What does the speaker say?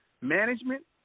management